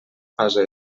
fase